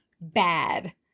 bad